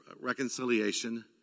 reconciliation